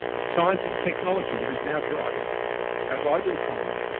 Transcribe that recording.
it's science and technology that is now driving our global economy,